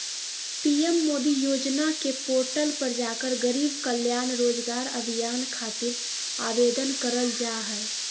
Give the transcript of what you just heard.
PM Modi योजना के portal पर जाकर गरीब कल्याण रोजगार अभियान खातिर आवेदन करल जा हय